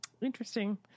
interesting